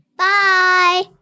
Bye